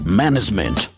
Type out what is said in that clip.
management